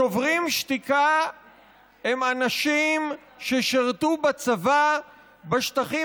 שוברים שתיקה הם אנשים ששירתו בצבא בשטחים